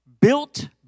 built